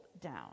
down